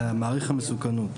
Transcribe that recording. למעריך המסוכנות.